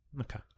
Okay